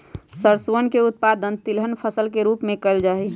सरसोवन के उत्पादन तिलहन फसल के रूप में कइल जाहई